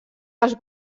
els